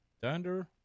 Thunder